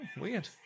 Weird